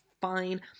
fine